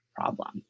problem